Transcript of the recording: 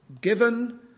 given